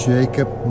Jacob